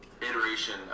iteration